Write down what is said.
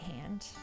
hand